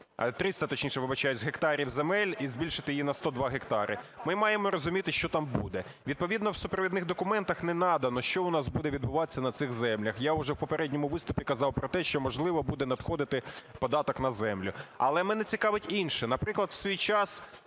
гектарів земель і збільшити її на 102 гектари, ми маємо розуміти, що там буде. Відповідно в супровідних документах не надано, що в нас буде відбуватися на цих землях. Я вже у попередньому виступі казав про те, що, можливо, буде надходити податок на землю. Але мене цікавить інше. Наприклад, у свій час